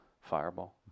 Fireball